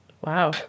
Wow